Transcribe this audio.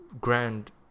grand